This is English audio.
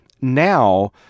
Now